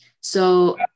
So-